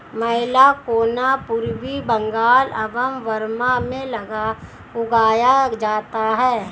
मैलाकोना पूर्वी बंगाल एवं बर्मा में उगाया जाता है